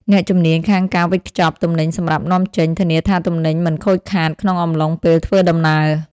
អ្នកជំនាញខាងការវេចខ្ចប់ទំនិញសម្រាប់នាំចេញ ធានាថាទំនិញមិនខូចខាតក្នុងអំឡុងពេលធ្វើដំណើរ។